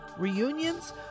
reunions